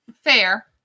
Fair